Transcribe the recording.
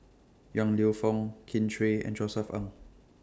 Yong Lew Foong Kin Chui and Josef Ng